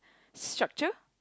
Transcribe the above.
structure